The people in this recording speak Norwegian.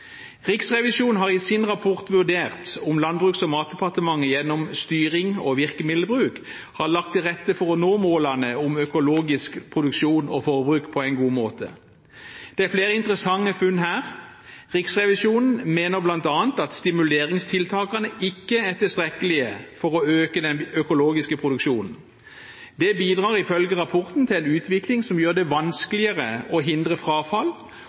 Riksrevisjonen har i sin rapport vurdert om Landbruks- og matdepartementet gjennom styring og virkemiddelbruk har lagt til rette for å nå målene om økologisk produksjon og forbruk på en god måte. Det er flere interessante funn her. Riksrevisjonen mener bl.a. at stimuleringstiltakene ikke er tilstrekkelige for å øke den økologiske produksjonen. Det bidrar ifølge rapporten til en utvikling som gjør det vanskeligere å hindre frafall